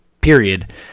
Period